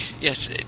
yes